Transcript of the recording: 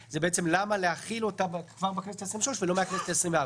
למה להחיל אותה כבר בכנסת ה-23 ולא מהכנסת ה-24.